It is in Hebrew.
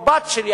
או הבת שלי,